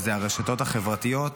וזה הרשתות החברתיות,